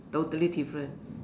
totally different